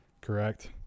Correct